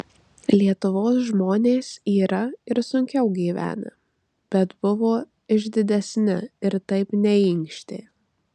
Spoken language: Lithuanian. lietuvos žmonės yra ir sunkiau gyvenę bet buvo išdidesni ir taip neinkštė